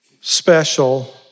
special